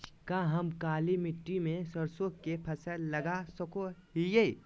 का हम काली मिट्टी में सरसों के फसल लगा सको हीयय?